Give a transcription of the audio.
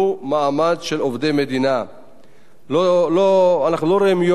אנחנו לא רואים כל יום שהמדינה לוקחת לעצמה אחריות.